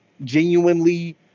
genuinely